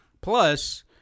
Plus